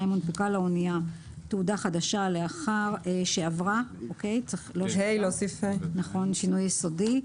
הונפקה לאנייה תעודה חדשה לאחר שעברה שינוי יסודי.